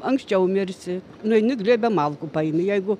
anksčiau mirsi nueini glėbę malkų paimi jeigu